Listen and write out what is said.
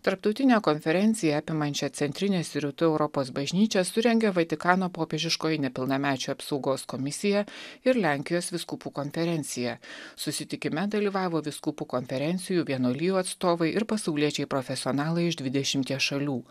tarptautinę konferenciją apimančią centrinės ir rytų europos bažnyčias surengė vatikano popiežiškoji nepilnamečių apsaugos komisija ir lenkijos vyskupų konferencija susitikime dalyvavo vyskupų konferencijų vienuolijų atstovai ir pasauliečiai profesionalai iš dvidešimties šalių